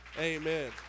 Amen